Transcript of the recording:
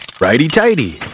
righty-tighty